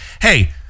Hey